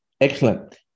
Excellent